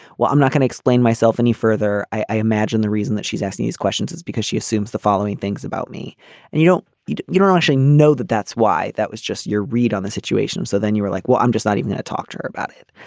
well i'm not gonna explain myself any further. i imagine the reason that she's asking these questions is because she assumes the following things about me and you know you you don't actually know that that's why that was just your read on the situation so then you were like well i'm just not even talk to her about it.